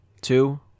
Two